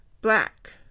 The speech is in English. Black